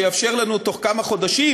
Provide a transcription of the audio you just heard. שיאפשר לנו בתוך כמה חודשים,